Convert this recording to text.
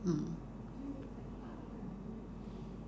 mm